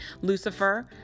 Lucifer